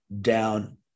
down